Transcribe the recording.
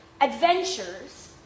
adventures